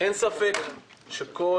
אין ספק שבכל